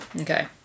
Okay